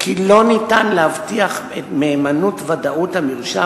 כי לא ניתן להבטיח את מהימנות ודאות המרשם